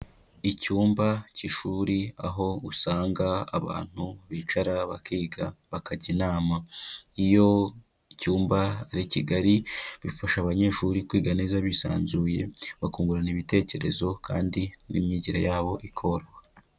Icyumba cy'ishuri, aho usanga abantu bicara bakiga, bakajya inama. Iyo icyumba ari kigari, bifasha abanyeshuri kwiga neza bisanzuye, bakungurana ibitekerezo kandi n'imyigire yabo ikoroha.